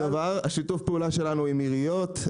שיתוף הפעולה שלנו הוא עם עיריות.